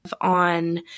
on